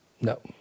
No